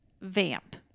VAMP